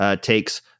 takes